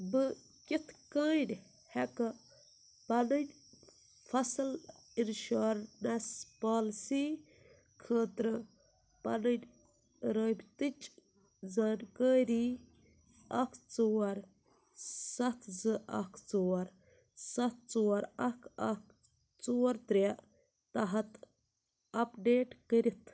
بہٕ کِتھ کٔنۍ ہیٚکہٕ پنٕنۍ فصٕل انشوریٚنٕس پوٛالیسی خٲطرٕ پنٕنۍ رٲبطٕچ زانکٲری اکھ ژور سَتھ زٕ اکھ ژور سَتھ ژور اکھ اکھ ژور ترٛےٛ تحت اپڈیٹ کٔرتھ